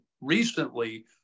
recently